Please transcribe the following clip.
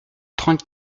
trente